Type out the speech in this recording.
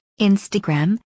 Instagram